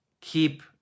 keep